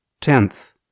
Tenth